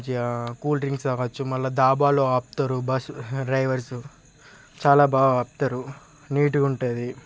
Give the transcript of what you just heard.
మంచిగా cool drinks అవ్వచ్చు మళ్ళీ ధాబాలో ఆపుతారు బస్సు డ్రైవర్స్ చాలా బాగా ఆపుతారు నీటుగా ఉంటుంది